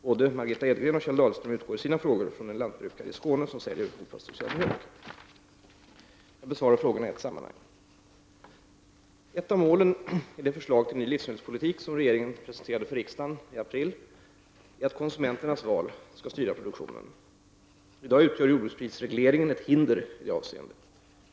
Både Margitta Edgren och Kjell Dahlström utgår i sina frågor från en lantbrukare i Skåne som säljer opastöriserad mjölk. Jag besvarar frågorna i ett sammanhang. Ett av målen i det förslag till ny livsmedelspolitik som regeringen presenterade för riksdagen i april är att konsumenternas val skall styra produktionen. I dag utgör jordbruksprisregleringen ett hinder i detta avseende.